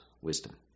wisdom